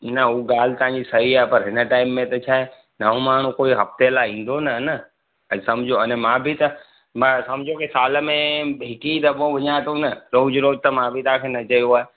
न हू ॻाल्हि तांजी सही आ पर हिन टाईम ते छाहे नओं माण्हू कोई हफ़्ते लाइ ईंदो न न त समझो अञा मां बि त मां समझो कि साल में हिकु ई दफ़ो वञा तो न रोज़ रोज़ त मां बि तांखे न चयो आहे